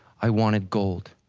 i wanted gold.